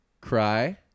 cry